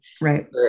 Right